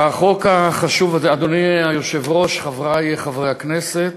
אדוני היושב-ראש, חברי חברי הכנסת,